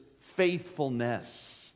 faithfulness